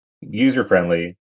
user-friendly